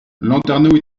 landernau